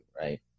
right